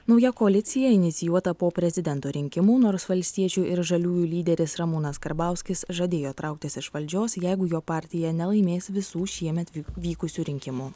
nauja koalicija inicijuota po prezidento rinkimų nors valstiečių ir žaliųjų lyderis ramūnas karbauskis žadėjo trauktis iš valdžios jeigu jo partija nelaimės visų šiemet vykusių rinkimų